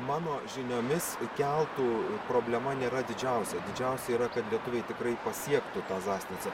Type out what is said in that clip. mano žiniomis keltų problema nėra didžiausia didžiausia yra kad lietuviai tikrai pasiektų tą zasnicą